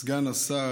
סגן השר,